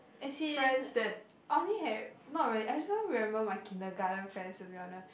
as in I only have not really I just don't remember my kindergarten friends to be honest